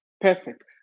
perfect